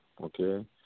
okay